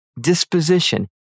disposition